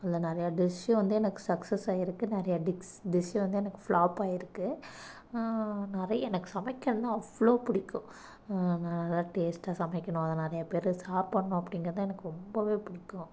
அந்த நிறையா டிஷ்ஷு வந்து எனக்கு சக்ஸஸ் ஆயிருக்குது நிறைய டிக்ஸ் டிஷ்ஷு வந்து எனக்கு ஃப்ளாப் ஆயிருக்குது நிறைய எனக்கு சமைக்கணும்னா அவ்வளோ பிடிக்கும் நான் நல்லா டேஸ்ட்டாக சமைக்கணும் அதை நிறையா பேர் சாப்பிட்ணும் அப்படிங்கிறதான் எனக்கு ரொம்பவே பிடிக்கும்